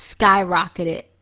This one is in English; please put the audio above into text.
skyrocketed